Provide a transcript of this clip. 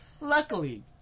Luckily